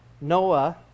Noah